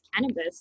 cannabis